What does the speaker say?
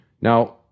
Now